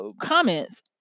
comments